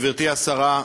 גברתי השרה,